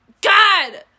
God